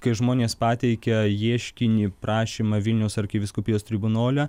kai žmonės pateikė ieškinį prašymą vilniaus arkivyskupijos tribunole